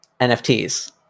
NFTs